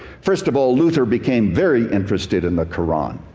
first of all, luther became very interested in the quran.